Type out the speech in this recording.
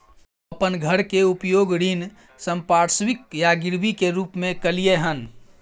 हम अपन घर के उपयोग ऋण संपार्श्विक या गिरवी के रूप में कलियै हन